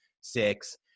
six